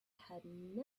had